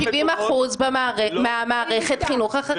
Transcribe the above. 70% ממערכת החינוך החרדית.